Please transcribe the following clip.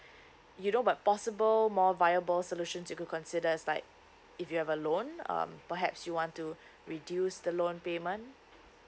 you know but possible more viable solution you can consider as like if you have a loan um perhaps you want to reduce the loan payment